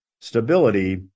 stability